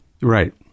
Right